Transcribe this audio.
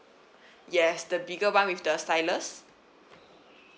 yes the bigger [one] with the stylus